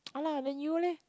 ah lah then you leh